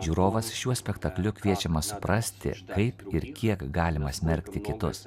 žiūrovas šiuo spektakliu kviečiamas suprasti kaip ir kiek galima smerkti kitus